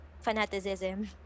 fanaticism